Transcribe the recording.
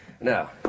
Now